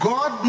God